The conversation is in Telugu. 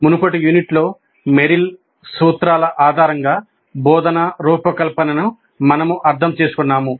మునుపటి యూనిట్లో మెరిల్ సూత్రాల ఆధారంగా బోధనా రూపకల్పనను మనము అర్థం చేసుకున్నాము